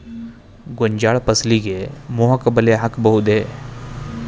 ಗೋಂಜಾಳ ಫಸಲಿಗೆ ಮೋಹಕ ಬಲೆ ಹಾಕಬಹುದೇ?